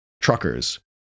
truckers